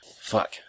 Fuck